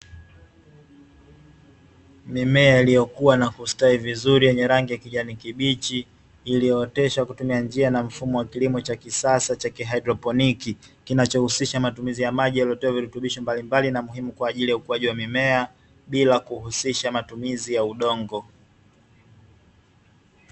Mimea iliyokuwa na kustawi vizuri yenye rangi ya kijani kibichi, iliyooteshwa kwa kutumia njia na mfumo wa kilimo cha kisasa cha kihaidroponiki, kinachohusisha matumizi ya maji yaliyotiwa virutubisho mbalimbali na muhimu kwaajili ya ukuwaji wa mimea, bila kuhusisha matumizi ya udongo.